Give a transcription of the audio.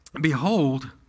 Behold